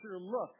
look